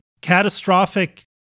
catastrophic